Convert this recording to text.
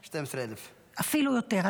12,000. אפילו יותר.